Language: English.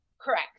Correct